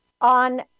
on